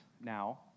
now